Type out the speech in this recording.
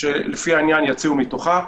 שלפי העניין יציעו מתוכה,